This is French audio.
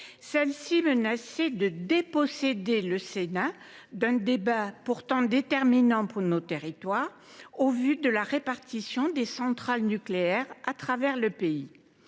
menaçait de déposséder le Sénat d’un débat pourtant déterminant pour nos territoires, au vu de la répartition des centrales nucléaires à travers le pays.